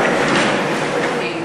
לוי?